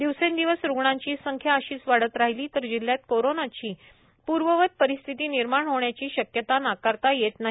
दिवसेंदिवस रुग्णांची संख्या अशीच वाढतच राहिली तर जिल्ह्यात कोरोनाची पर्ववत परिस्थिती निर्माण होण्याची शक्यता नाकारता येत नाही